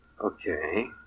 Okay